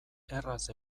erraz